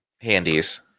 Handies